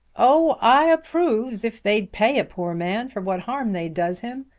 oh, i approves if they'd pay a poor man for what harm they does him.